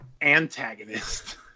antagonist